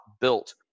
built